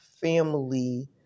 family